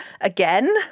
again